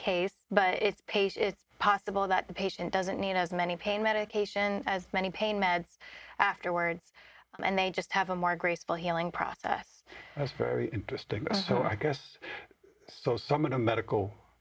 case but it's pace it's possible that the patient doesn't need as many pain medication as many pain meds afterwards and they just have a more graceful healing process interesting so i guess so some of the medical